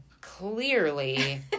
clearly